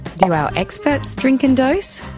do our experts drink and dose?